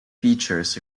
features